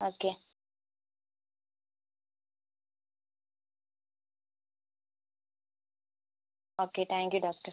okay okay thank you doctor